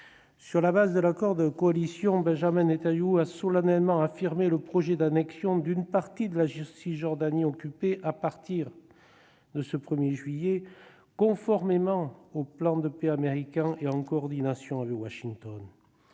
Sur la base de l'accord de coalition, Benjamin Netanyahou a solennellement affirmé le projet d'annexion d'une partie de la Cisjordanie occupée à partir du 1 juillet prochain, conformément au plan de paix américain et en coordination avec Washington.